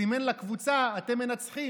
הוא סימן לקבוצה: אתם מנצחים.